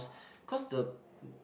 cause the